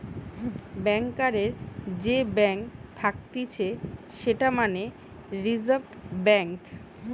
ব্যাংকারের যে ব্যাঙ্ক থাকতিছে সেটা মানে রিজার্ভ ব্যাঙ্ক